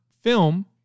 film